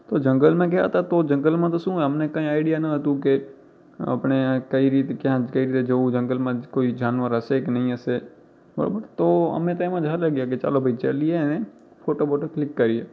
તો જંગલમાં ગયા હતા તો જંગલમાં તો શું હોય અમને કાંઈ આઇડિયા ન હતું કે આપણે કઈ રીત ક્યાં જવું જંગલમાં કોઈ જાનવર હશે કે નહીં હશે બરાબર તો અમે તો એમ જ ચાલ્યા ગયા કે ચાલો કે ભાઈ ચલીએ અને ફોટો બોટો ક્લિક કરીએ